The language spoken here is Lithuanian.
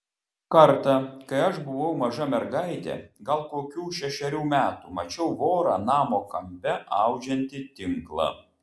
kartą kai aš buvau maža mergaitė gal kokių šešerių metų mačiau vorą namo kampe audžiantį tinklą